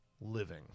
living